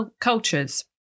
cultures